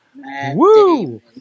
Woo